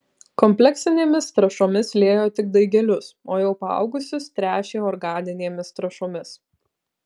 kompleksinėmis trąšomis liejo tik daigelius o jau paaugusius tręšė organinėmis trąšomis